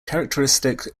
characteristic